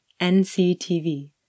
NCTV